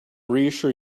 reassure